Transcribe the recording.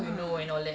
!huh!